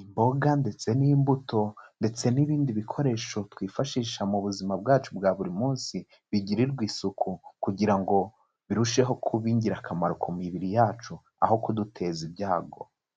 imboga ndetse n'imbuto, ndetse n'ibindi bikoresho twifashisha mu buzima bwacu bwa buri munsi, bigirirwa isuku, kugira ngo birusheho kuba ingirakamaro ku mibiri yacu, aho kuduteza ibyago.